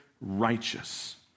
righteous